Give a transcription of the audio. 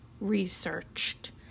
Researched